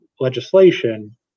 legislation